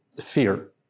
fear